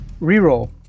Reroll